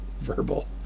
verbal